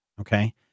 Okay